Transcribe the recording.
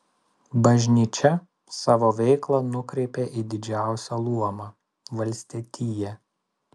bažnyčia savo veiklą nukreipė į didžiausią luomą valstietiją